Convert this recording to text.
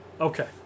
Okay